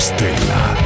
Stella